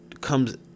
comes